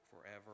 forever